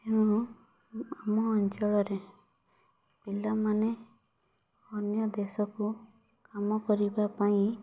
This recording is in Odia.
ତେଣୁ ଆମ ଅଞ୍ଚଳରେ ପିଲାମାନେ ଅନ୍ୟ ଦେଶକୁ କାମ କରିବା ପାଇଁ